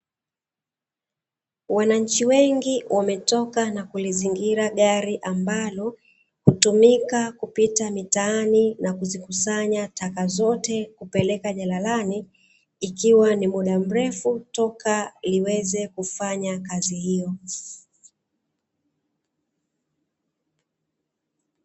Wananchi wengi wametoka na kulizingira gari ambalo hutumika kupita mitaani na kuzikusanya taka zote kupeleka jalalani, ikiwa ni muda mrefu toka liweze kufanya kazi hiyo.